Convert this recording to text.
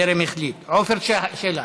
טרם החליט, עפר שלח,